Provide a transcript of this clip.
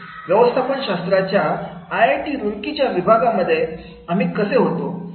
व्यवस्थापन शास्त्राच्या I I T Roorkee च्या विभागांमध्ये आम्ही कसे होतो